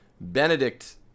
Benedict